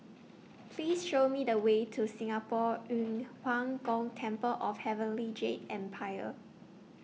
Please Show Me The Way to Singapore Yu Huang Gong Temple of Heavenly Jade Empire